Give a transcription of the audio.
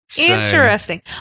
Interesting